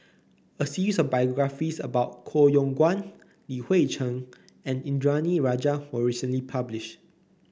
a series of biographies about Koh Yong Guan Li Hui Cheng and Indranee Rajah was recently published